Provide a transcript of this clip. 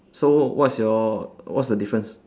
so what's your what's the difference